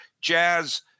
Jazz